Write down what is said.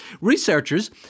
Researchers